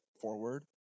forward